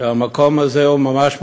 שהמקום הזה הוא ממש,